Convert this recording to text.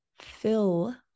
fill